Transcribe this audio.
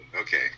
okay